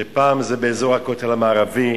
פעם זה באזור הכותל המערבי,